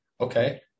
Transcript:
okay